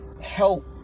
help